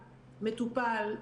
מטופל,